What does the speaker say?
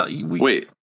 Wait